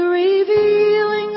revealing